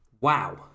Wow